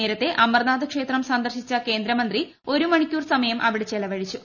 നേരത്തെ അമർനാഥ് ക്ഷേത്രം സന്ദർശിച്ച കേന്ദ്രമന്ത്രി ഒരു മണിക്കൂർ സമയം അവിടെ ചെലവഴിച്ചു